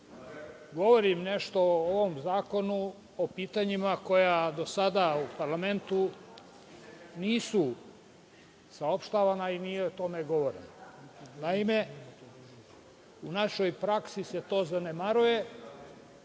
govorim o ovom zakonu, o pitanjima koja do sada u parlamentu nisu saopštavana i o tome nije govoreno. Naime, u našoj praksi se to zanemaruje,